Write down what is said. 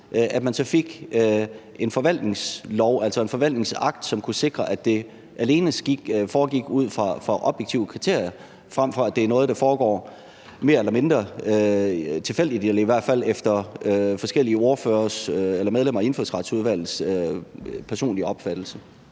altså en forvaltningsakt, som kunne sikre, at det alene foregik ud fra objektive kriterier, frem for at det er noget, der foregår mere eller mindre tilfældigt eller i hvert fald efter forskellige ordføreres eller medlemmer af Indfødsretsudvalgets personlige opfattelse?